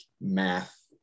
math